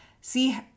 See